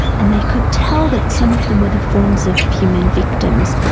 and they could tell that some of them were the forms of human victims.